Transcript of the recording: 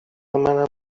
منم